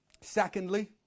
Secondly